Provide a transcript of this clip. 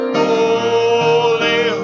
holy